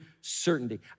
certainty